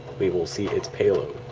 we will see its payload